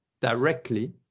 directly